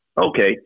Okay